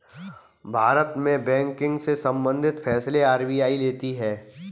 भारत में बैंकिंग से सम्बंधित फैसले आर.बी.आई लेती है